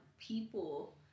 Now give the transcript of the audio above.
people